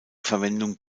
verwendung